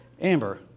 amber